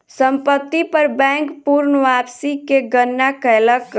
संपत्ति पर बैंक पूर्ण वापसी के गणना कयलक